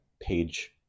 page